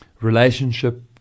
relationship